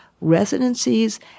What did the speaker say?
residencies